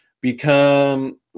become